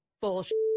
Bullshit